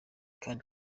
kandi